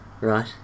Right